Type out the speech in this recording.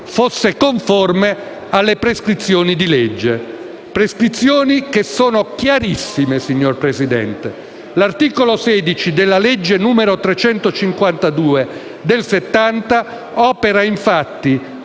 fosse conforme alle prescrizioni di legge. Tali prescrizioni sono chiarissime, signora Presidente. L'articolo 16 della legge n. 352 del 1970 opera infatti